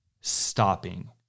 stopping